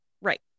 Right